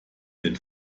den